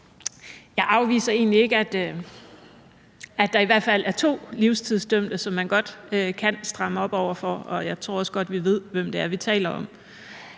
ikke, at der i hvert fald er to livstidsdømte, som man godt kan stramme op over for, og jeg tror også godt, vi ved, hvem det er, vi taler om.